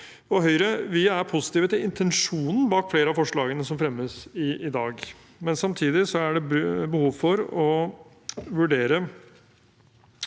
i Høyre er positive til intensjonen bak flere av forslagene som fremmes i dag, men samtidig er det behov for å vurdere